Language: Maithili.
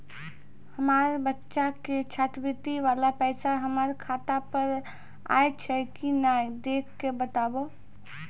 हमार बच्चा के छात्रवृत्ति वाला पैसा हमर खाता पर आयल छै कि नैय देख के बताबू?